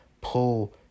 pull